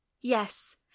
Yes